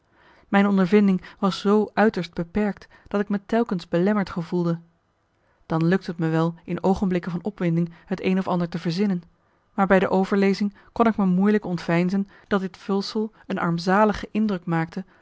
mijn ondervinding was zoo uiterst beperkt dat ik me telkens belemmerd gevoelde dan lukte t me wel in oogenblikken van opwinding het een of ander te verzinnen maar bij de overlezing kon ik me moeilijk ontveinzen dat dit vulsel een armzalige indruk maakte